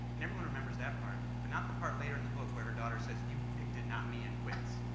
and everyone remembers that part, but not the part later in the book where her daughter says, you picked it and not me and quits.